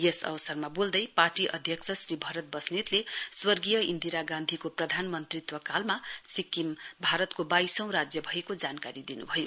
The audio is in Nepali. यस अवसरमा वोल्दै पार्टी अध्यक्ष श्री भरत वस्नेतले स्वर्गीय इन्दिरा गान्धीको प्रधानमन्त्रीत्व कालमा सिक्किम भारतको वाइसौं राज्य भएको जानकारी दिनुभयो